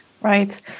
Right